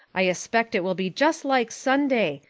i espect it will be just like sunday,